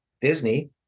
Disney